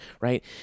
right